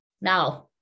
Now